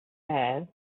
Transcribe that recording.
air